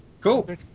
cool